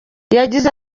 yagize